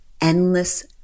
endless